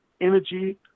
energy